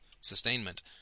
sustainment